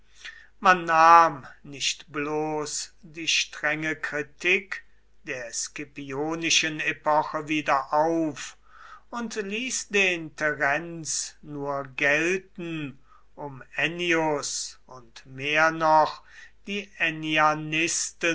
man nahm nicht bloß die strenge kritik der scipionischen epoche wieder auf und ließ den terenz nur gelten um ennius und mehr noch die